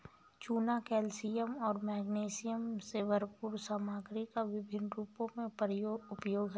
चूना कैल्शियम और मैग्नीशियम से भरपूर सामग्री का विभिन्न रूपों में उपयोग है